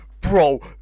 bro